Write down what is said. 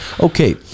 Okay